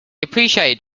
appreciated